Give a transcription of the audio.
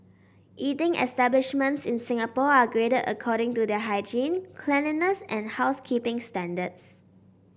eating establishments in Singapore are graded according to their hygiene cleanliness and housekeeping standards